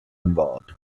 involved